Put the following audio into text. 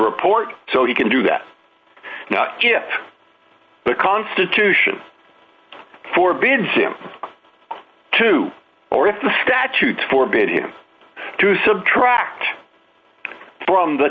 report so he can do that now if the constitution for bids him to or if the statute forbidden to subtract from the